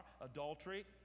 adultery